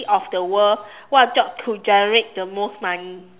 of the world what job could generate the most money